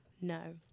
No